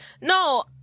No